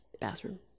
bathroom